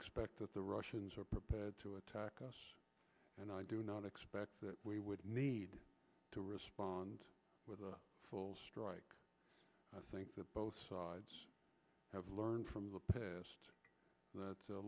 expect that the russians are prepared to attack us and i do not expect that we would need to respond with a full strike i think that both sides have learned from the past and that's a